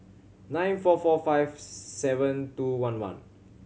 nine four four five seven two one one